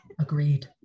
Agreed